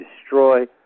destroy